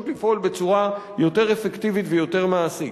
לפעול בצורה יותר אפקטיבית ויותר מעשית.